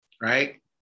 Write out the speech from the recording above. Right